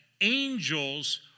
angels